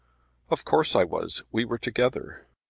of course i was. we were together.